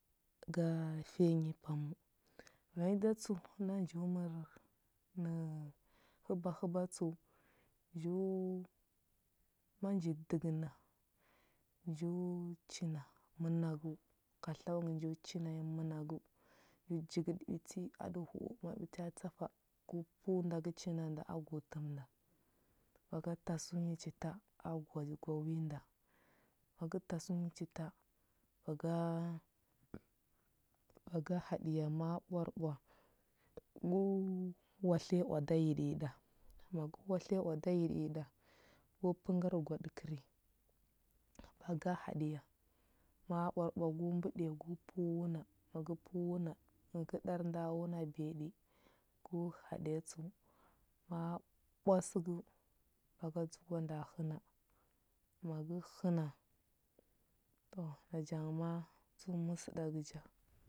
Ga fiya nyi paməu. Vanyi da tsəu na nju mər na həba həba tsəu: nju ma nji dəgəna, nju china mənagəu. Katlau nyi nju china nyi mənagəu. Nju jigəɗi ɓiti a də hu u ma ɓita tsafa, gu pəu nda gə china nda agu təm nda, ba ga tasəu nyi chita a gwaɗə gwa wi nda, ma gə tasəu nyi chita, ba ga ba ga haɗiya ma ɓwarɓwa, gu watliya oada yiɗəyiɗa, ma gə watliya oada yiɗəyiɗa, gu pəngər gwaɗə kəri, ba ga haɗiya. ma ɓwarɓwa gu mbəɗiya gu pəu wuna, ma gə pəu wuna ma gə ɗar nda wuna biyaɗi, gu haɗiya tsəu. Ma ɓwa səgəu, ba ga dzəgwa nda həna, ma gə həna, to naja ngə ma a tsəu məsəɗagə ja.